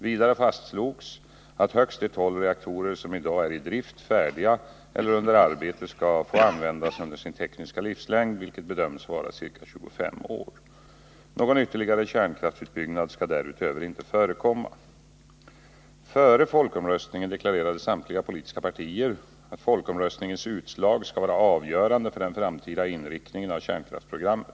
Vidare fastslogs att högst de tolv reaktorer som i dag är i drift, färdiga eller under arbete skall få användas under sin tekniska livslängd, vilken bedöms vara ca 25 år. Någon ytterligare kärnkraftsutbyggnad skall därutöver inte förekomma. Före folkomröstningen deklarerade samtliga politiska partier att folkomröstningens utslag skulle vara avgörande för den framtida inriktningen av kärnkraftsprogrammet.